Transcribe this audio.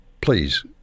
please